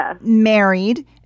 married